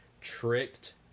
tricked